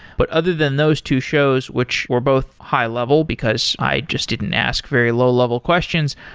but other than those two shows, which were both high-level, because i just didn't ask very low-level questions,